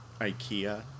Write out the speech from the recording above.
IKEA